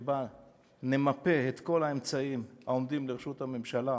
שבה נמפה את כל האמצעים העומדים לרשות הממשלה